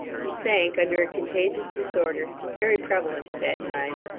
he sank under a contagious disorder, very prevalent at that time,